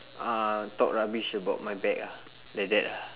uh talk rubbish about my back ah like that ah